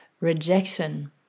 rejection